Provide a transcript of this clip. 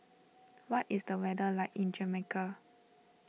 what is the weather like in Jamaica